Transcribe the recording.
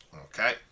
Okay